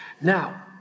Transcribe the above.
Now